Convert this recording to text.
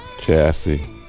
chassis